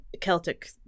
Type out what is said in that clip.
Celtic